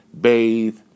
bathe